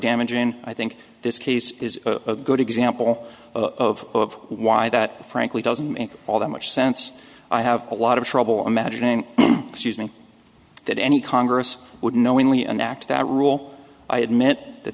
damaging and i think this case is a good example of why that frankly doesn't make all that much sense i have a lot of trouble imagining that any congress would knowingly and act that rule i admit that